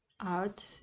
art